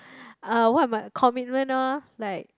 uh what are my commitment lor like